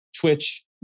twitch